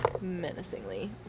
menacingly